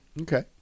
Okay